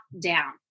down